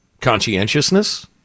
conscientiousness